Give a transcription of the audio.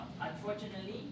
unfortunately